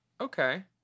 Okay